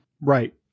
Right